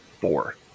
Four